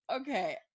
Okay